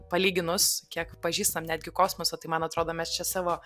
palyginus kiek pažįstam netgi kosmosą tai man atrodo mes čia savo